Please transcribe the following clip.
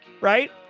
right